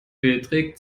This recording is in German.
beträgt